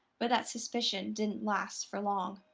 but that suspicion didn't last for long.